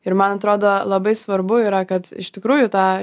ir man atrodo labai svarbu yra kad iš tikrųjų tą